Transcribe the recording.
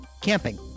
camping